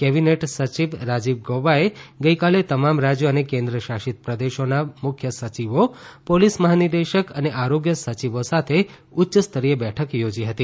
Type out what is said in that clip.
cabinet સયિવ રાજીવ ગૌબાએ ગઈકાલે તમામ રાજ્યો અને કેન્દ્ર શાસિત પ્રદેશોના મુખ્ય સયિવો પોલીસ મહાનિદેશક અને આરોગ્ય સયિવો સાથે ઉચ્ય સ્તરીય બેઠક થોજી હતી